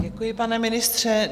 Děkuji, pane ministře.